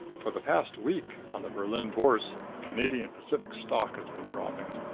for the past week, on the berlin bourse, canadian pacific stock has been dropping.